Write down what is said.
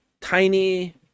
tiny